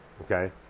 Okay